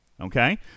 Okay